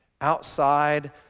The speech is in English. outside